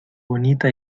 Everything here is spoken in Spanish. bonita